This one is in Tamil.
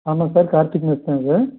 ஆமாம் சார் கார்த்திக் மெஸ் தான் இது